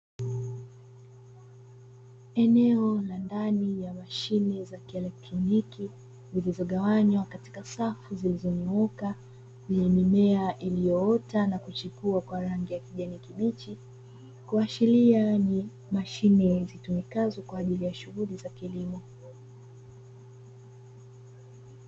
Eneo la ndani ya mashine za kielektroniki zilizogawanywa katika safu zilizonyooka zenye mimea iliyoota na kuchukua kwa rangi ya kijani kibichi kuashiria ni mashine zitumikazo kwa ajili ya shughuli za kilimo.